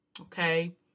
Okay